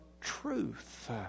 truth